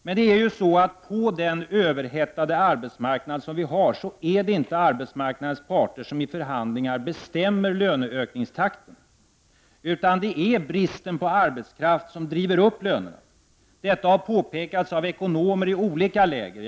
Men på den överhettade arbetsmarknad som vi har är det inte arbetsmarknadens parter som i förhandlingar bestämmer löneökningstakten, utan det är bristen på arbetskraft som driver upp lönerna. Det har påpekats av ekonomer i olika läger.